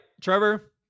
Trevor